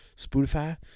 Spotify